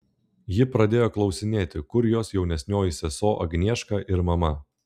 ji pradėjo klausinėti kur jos jaunesnioji sesuo agnieška ir mama